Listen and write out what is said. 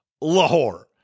Lahore